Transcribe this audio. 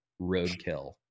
roadkill